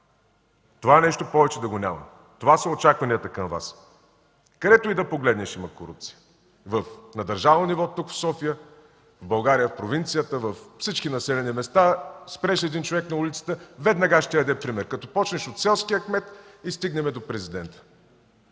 това нещо повече да го няма!”. Това са очакванията към Вас. Където и да погледнеш, има корупция – на държавно ниво, тук, в София, в България, в провинцията, във всички населени места. Спреш ли един човек на улицата, веднага ще ти даде пример – като почнеш от селския кмет и стигнем до президента.